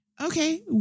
okay